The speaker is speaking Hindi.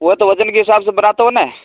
वह तो वज़न के हिसाब से बनाते हो ना